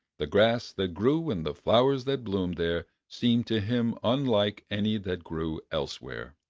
the grass that grew and the flowers that bloomed there, seemed to him unlike any that grew elsewhere.